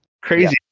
Crazy